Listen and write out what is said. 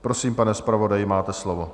Prosím, pane zpravodaji, máte slovo.